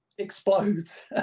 Explodes